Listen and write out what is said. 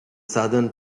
southern